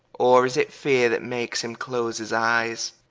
or is it feare, that makes him close his eyes?